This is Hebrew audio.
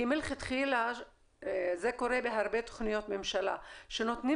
כי מלכתחילה זה קורה בהרבה תוכניות ממשלה שנותנים